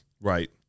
Right